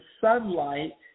sunlight